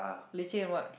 leceh in what